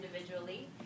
individually